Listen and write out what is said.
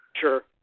Sure